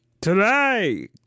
Today